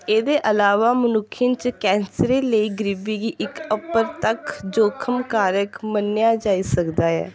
एह्दे अलावा मनुक्खें च कैंसरे लेई गरीबी गी इक अपरतक्ख जोखम कारक मन्नेआ जाई सकदा ऐ